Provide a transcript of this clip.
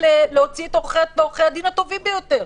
להוציא את עורכות ועורכי הדין הטובים ביותר,